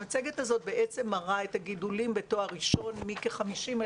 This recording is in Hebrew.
המצגת הזאת בעצם מראה את הגידולים בתואר ראשון מכ-50,000